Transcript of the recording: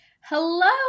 Hello